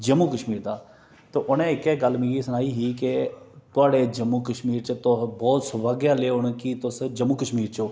जम्मू कशमीर दा ते उनें इक्कै गल्ल मिगी सनाई ही थुआढ़े जम्मू कशमीर च तुस बहुत सोभाग्य आह्ले ओ कि तुस जम्मू कशमीर च ओ